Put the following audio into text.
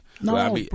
no